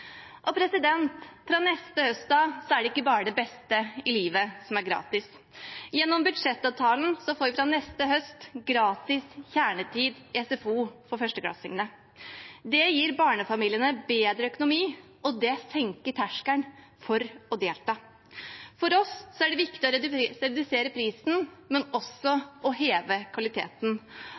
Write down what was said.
Fra neste høst av er det ikke bare det beste i livet som er gratis. Gjennom budsjettavtalen får vi fra neste høst gratis kjernetid i SFO for førsteklassingene. Det gir barnefamiliene bedre økonomi, og det senker terskelen for å delta. For oss er det viktig å redusere prisen og også heve kvaliteten.